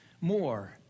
more